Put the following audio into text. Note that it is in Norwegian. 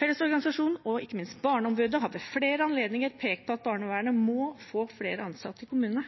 Fellesorganisasjonen og ikke minst Barneombudet har ved flere anledninger pekt på at barnevernet må få flere ansatte i kommunene.